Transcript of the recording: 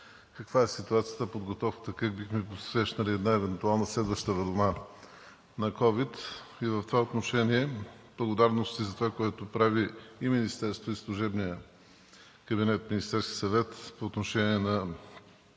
каква е ситуацията и подготовката, как бихме посрещнали една евентуална следваща вълна на ковид. В това отношение благодарности за това, което прави и Министерството, и Служебният кабинет – Министерският съвет, по отношение на